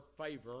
favor